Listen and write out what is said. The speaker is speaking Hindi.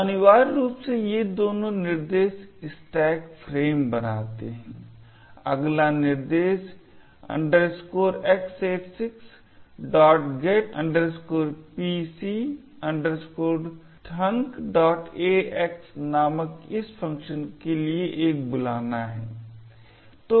तो अनिवार्य रूप से ये दोनों निर्देश स्टैक फ्रेम बनाते हैं अगला निर्देश X86get pc thunkax नामक इस फ़ंक्शन के लिए एक बुलाना है